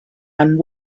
and